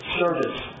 service